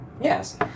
Yes